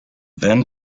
then